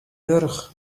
wurch